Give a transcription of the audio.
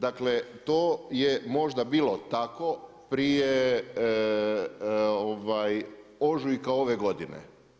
Dakle, to je možda bilo tako prije ožujka ove godine.